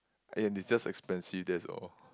and it's just expensive that's all